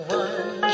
one